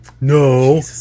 No